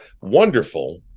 wonderful